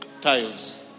tiles